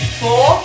four